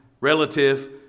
relative